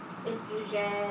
Infusion